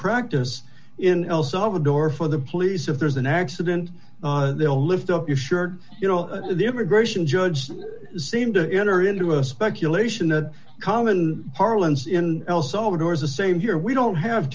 practice in el salvador for the police if there's an accident they'll lift up your shirt you know the immigration judge seemed to enter into a speculation that common parlance in el salvador is the same here we don't have